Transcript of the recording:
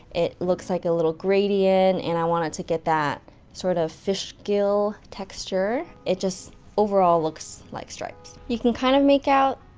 it looks like a little gradient, and i wanted to get that sort of fish gill texture. it just overall looks like stripes. you can kind of make out.